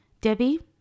Debbie